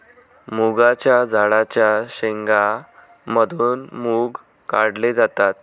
मुगाच्या झाडाच्या शेंगा मधून मुग काढले जातात